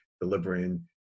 delivering